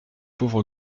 pauvre